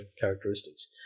characteristics